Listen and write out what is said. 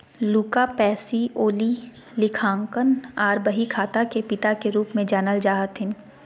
Luca पैसीओली लेखांकन आर बहीखाता के पिता के रूप मे जानल जा हथिन